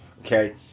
Okay